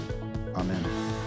amen